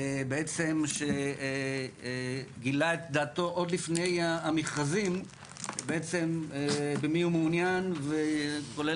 בעצם גילה את דעתו עוד לפני המכרזים ובעצם במי הוא מעוניין כולל